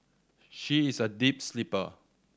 she is a deep sleeper